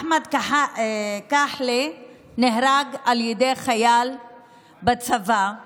אחמד כחלה נהרג על ידי חייל בצבא,